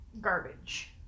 garbage